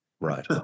right